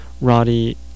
Roddy